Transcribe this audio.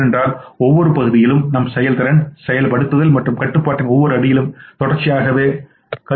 ஏனென்றால் ஒவ்வொரு பகுதியிலும் நம் செயல்திறன் செயல்படுத்தல் மற்றும் கட்டுப்பாட்டின் ஒவ்வொரு அடியிலும் தொடர்ச்சியான கருத்து தேவை